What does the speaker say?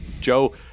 Joe